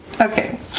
Okay